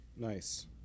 Nice